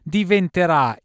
diventerà